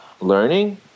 Learning